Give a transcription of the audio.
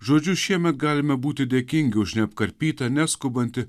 žodžiu šiemet galime būti dėkingi už neapkarpytą neskubantį